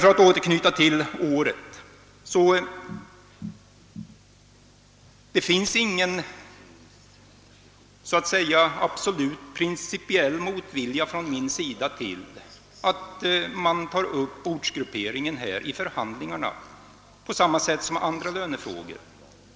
För att återknyta till årets förhandlingar vill jag deklarera att jag inte hyser någon definitiv principiell motvilja mot att ortsgrupperingen tas upp i förhandlingarna på samma sätt som andra lönefrågor.